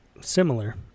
similar